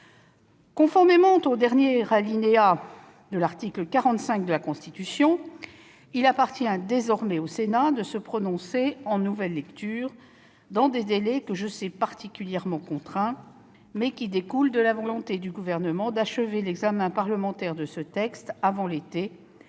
Conformément au dernier alinéa de l'article 45 de la Constitution, il appartient désormais au Sénat de se prononcer en nouvelle lecture dans des délais que je sais particulièrement contraints, mais qui découlent de la volonté du Gouvernement d'achever l'examen parlementaire de ce texte avant l'été,